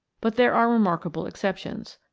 but there are remarkable exceptions.